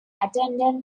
attended